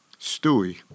Stewie